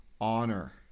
honor